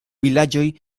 vilaĝoj